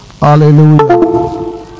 Hallelujah